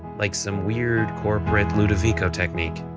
like some weird cornbread ludovico technique.